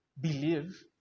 believe